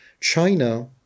China